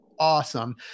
Awesome